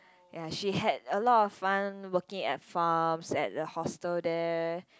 ya she had a lot of fun working at farms at the hostel there